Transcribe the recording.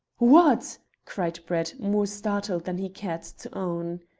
what! cried brett, more startled than he cared to own.